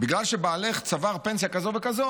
בגלל שבעלך צבר פנסיה כזאת וכזאת,